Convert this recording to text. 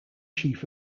chief